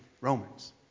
Romans